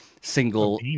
single